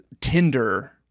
Tinder